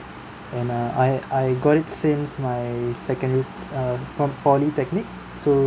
and uh I I got it since my secondary uh po~ polytechnic so